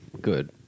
Good